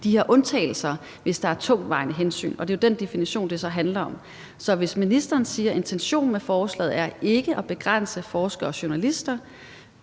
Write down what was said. de her undtagelser, altså hvis der er tungtvejende hensyn, og det er jo den definition, det så handler om. Så hvis ministeren siger, at intentionen med forslaget ikke er at begrænse det for forskere og journalister,